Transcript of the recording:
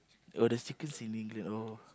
oh there's chickens in England oh